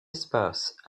espace